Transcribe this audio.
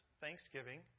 thanksgiving